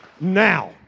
Now